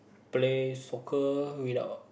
play soccer without